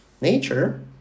Nature